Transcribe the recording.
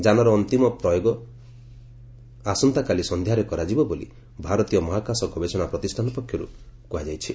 ଯାନର ଅନ୍ତିମ ପ୍ରୟୋଗ ପର୍ଯ୍ୟାୟ ଆସନ୍ତାକାଲି ସନ୍ଧ୍ୟାରେ କରାଯିବ ବୋଲି ଭାରତୀୟ ମହାକାଶ ଗବେଷଣା ପ୍ରତିଷ୍ଠାନ ପକ୍ଷରୁ କୁହାଯାଇଛି